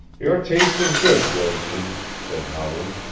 your taste is good, gregson, said howland,